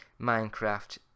minecraft